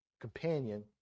companion